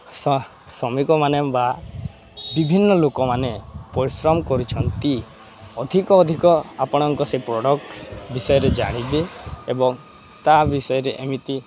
ଶ୍ରମିକମାନେ ବା ବିଭିନ୍ନ ଲୋକମାନେ ପରିଶ୍ରମ କରୁଛନ୍ତି ଅଧିକ ଅଧିକ ଆପଣଙ୍କ ସେ ପ୍ରଡ଼କ୍ଟ ବିଷୟରେ ଜାଣିବେ ଏବଂ ତା ବିଷୟରେ ଏମିତି